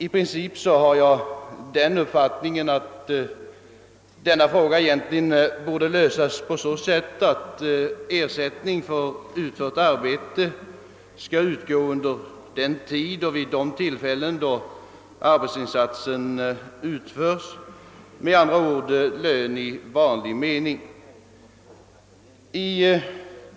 I princip har jag den uppfattningen att denna fråga borde lösas på så sätt, att ersättning för utfört arhete skall utgå under den tid då arbetsinsatsen utförs, alltså med lön i vanlig mening.